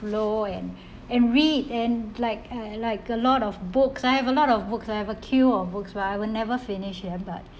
flow and and read and like I like a lot of books I have a lot of books I have a queue of books where I will never finish them but